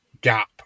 gap